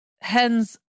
hens